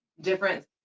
different